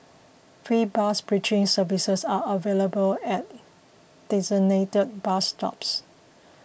free bus bridging services are available at designated bus stops